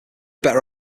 better